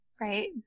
Right